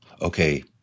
okay